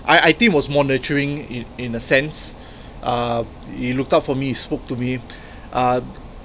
I I think was monitoring in in a sense uh he looked out for me he spoke to me uh